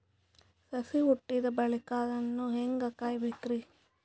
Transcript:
ಸಸಿ ಹುಟ್ಟಿದ ಬಳಿಕ ಅದನ್ನು ಹೇಂಗ ಕಾಯಬೇಕಿರಿ?